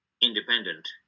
independent